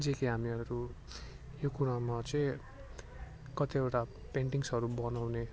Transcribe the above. जे के हामीहरू यो कुरामा चाहिँ कतिवाट पेन्टिङ्गसहरू बनाउने